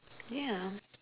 yeah